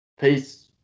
Peace